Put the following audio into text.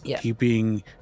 keeping